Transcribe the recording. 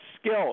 skill